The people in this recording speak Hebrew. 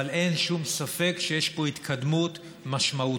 אבל אין שום ספק שיש פה התקדמות משמעותית,